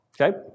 Okay